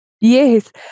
Yes